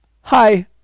Hi